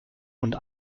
und